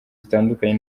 zitandukanye